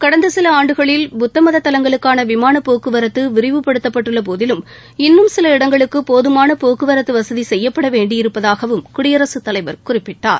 கடந்த சில ஆண்டுகளில் புத்தமத தலங்களுக்கான விமான போக்குவரத்து விரிவுபடுத்தப்பட்டுள்ள போதிலும் இன்னும் சில இடங்களுக்குப் போதுமான போக்குவரத்து வசதி செய்யப்டட வேண்டியிருப்பதாகவும் குடியரசுத் தலைவர் குறிப்பிட்டார்